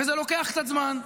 וזה לוקח קצת זמן.